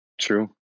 True